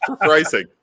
pricing